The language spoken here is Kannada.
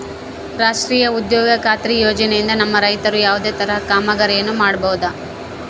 ರಾಷ್ಟ್ರೇಯ ಉದ್ಯೋಗ ಖಾತ್ರಿ ಯೋಜನೆಯಿಂದ ನಮ್ಮ ರೈತರು ಯಾವುದೇ ತರಹದ ಕಾಮಗಾರಿಯನ್ನು ಮಾಡ್ಕೋಬಹುದ್ರಿ?